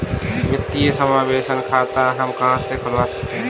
वित्तीय समावेशन खाता हम कहां से खुलवा सकते हैं?